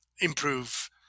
improve